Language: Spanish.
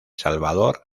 salvador